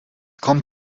kommt